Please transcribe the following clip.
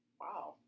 Wow